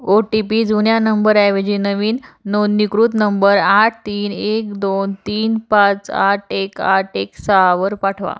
ओ T P जुन्या नंबरऐवजी नवीन नोंदणीकृत नंबर आठ तीन एक दोन तीन पाच आठ एक आठ एक सहावर पाठवा